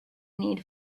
need